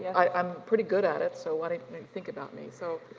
i'm pretty good at it, so why don't you think about me, so,